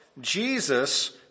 Jesus